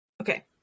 okay